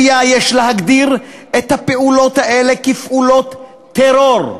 שלפיה יש להגדיר את הפעולות האלה פעולות טרור,